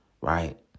right